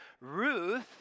Ruth